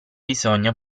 bisogna